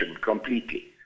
completely